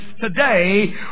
today